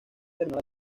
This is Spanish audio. terminó